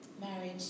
Marriage